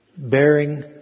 Bearing